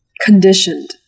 conditioned